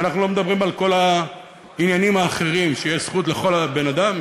ואנחנו לא מדברים על כל העניינים האחרים שיש זכות לכל בן-אדם,